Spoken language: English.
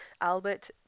Albert